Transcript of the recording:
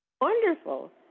wonderful